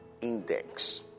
index